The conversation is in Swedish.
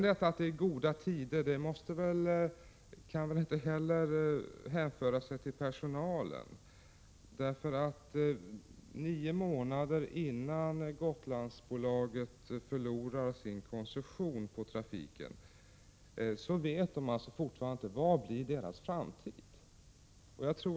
Detta att det är goda tider kan inte hänföras till personalen, därför att nio månader innan Gotlandsbolaget förlorar sin koncession på trafiken vet personalen fortfarande inte vilken framtid den har.